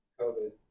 covid